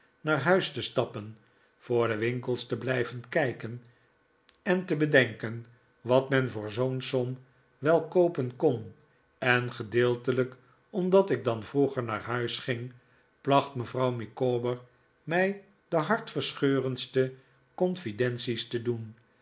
naar huis te stappen voor de winkels te blijven kijken en te edenken wat men voor zoo'n som wel kcopen kon en gedeeltelijk omdat ik dan vroeger naar huis ging placht mevrouw micawber mij de hartverscheurendste confidenties te doen